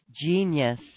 genius